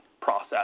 process